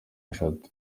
eshatu